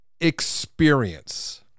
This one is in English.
experience